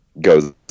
goes